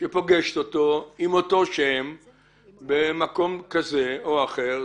שפוגשת אותו במקום כזה או אחר?